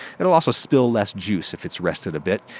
it'll also spill less juice if it's rested a bit.